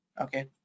okay